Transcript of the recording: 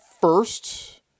first